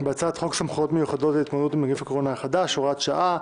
בהצעת חוק סמכויות מיוחדות להתמודדות עם נגיף הקורונה החדש (הוראת שעה)